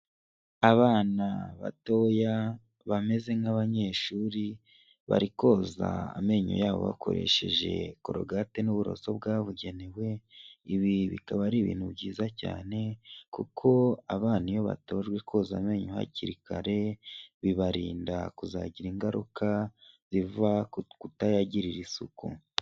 Abana batoya bameze nk'abanyeshuri bari koza amenyo yabo bakoresheje Korogate n'uburoso bwabugenewe, ibi bikaba ari ibintu byiza cyane kuko abana iyo batojwe koza amenyo hakiri kare bibarinda kuzagira ingaruka ziva ku kutayagirira isuku.